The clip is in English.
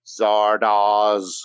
Zardoz